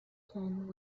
can